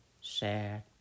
sad